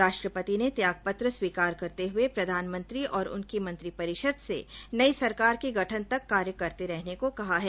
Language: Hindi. राष्ट्रपति ने त्यागपत्र स्वीकार करते हुए प्रधानमंत्री और उनकी मंत्रिपरिषद से नई सरकार के गठन तक कार्य करते रहने को कहा है